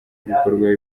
gukorwaho